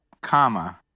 comma